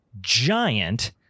giant